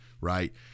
right